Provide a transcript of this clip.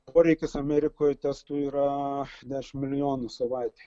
poreikis amerikoj testų yra dešimt milijonų savaitei